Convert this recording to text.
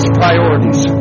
priorities